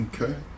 Okay